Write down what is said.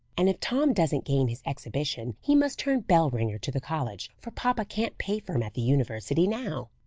and if tom doesn't gain his exhibition he must turn bell-ringer to the college, for papa can't pay for him at the university now!